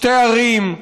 שתי ערים,